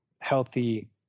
healthy